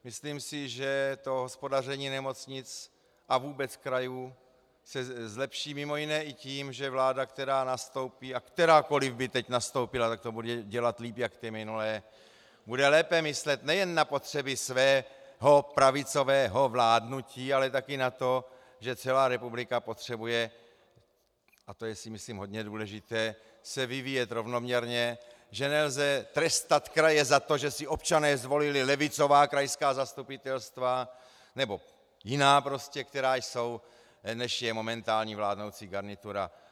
Myslím si, že hospodaření nemocnic a vůbec krajů se zlepší mimo jiné i tím, že vláda, která nastoupí a kterákoli by teď nastoupila, tak to bude dělat líp jak ty minulé , bude lépe myslet nejen na potřeby svého pravicového vládnutí, ale také na to, že se celá republika potřebuje, a to je myslím, hodně důležité, vyvíjet rovnoměrně, že nelze trestat kraje za to, že si občané zvolili levicová krajská zastupitelstva, nebo prostě jiná, která jsou, než je momentální vládnoucí garnitura.